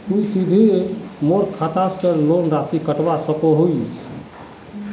तुई सीधे मोर खाता से लोन राशि कटवा सकोहो हिस?